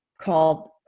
called